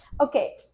Okay